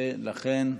לכן,